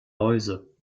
läuse